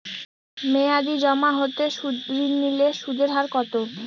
মেয়াদী জমা হতে ঋণ নিলে সুদের হার কত?